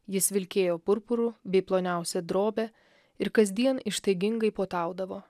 jis vilkėjo purpuru bei ploniausia drobe ir kasdien ištaigingai puotaudavo